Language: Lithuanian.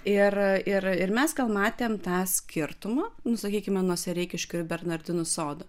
ir ir ir mes gal matėm tą skirtumą nu sakykime nuo sereikiškių ir bernardinų sodo